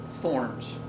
thorns